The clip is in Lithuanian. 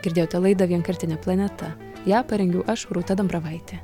girdėjote laidą vienkartinė planeta ją parengiau aš rūta dambravaitė